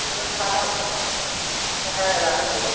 মানে সাদা হ্যাঁ রাখুন